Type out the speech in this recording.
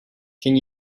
can